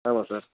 ஆமாம் சார்